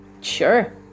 sure